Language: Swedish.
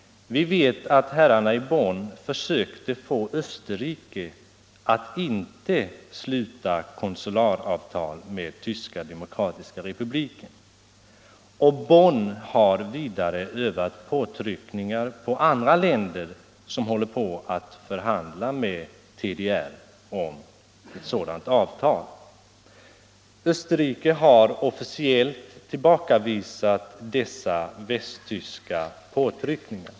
Vi vet att herrarna i Bonn försökte få Österrike att inte sluta konsularavtal med Tyska demokratiska republiken, och Bonn har vidare övat påtryckningar på andra länder som håller på att förhandla med TDR om ett sådant avtal. Österrike har officiellt tillbakavisat dessa västtyska påtryckningar.